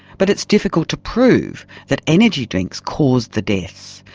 but it's difficult to prove that energy drinks caused the deaths.